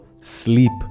sleep